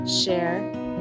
share